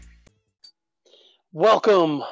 Welcome